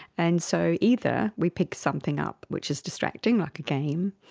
and so either we pick something up which is distracting, like a game,